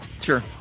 Sure